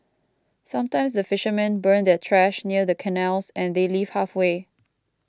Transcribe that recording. sometimes the fishermen burn their trash near the canals and they leave halfway